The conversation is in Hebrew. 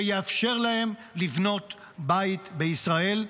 שיאפשר להם לבנות בית בישראל,